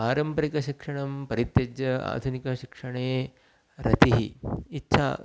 पारम्परिकशिक्षणं परित्यज्य आधुनिकशिक्षणे रतिः इच्छा